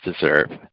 deserve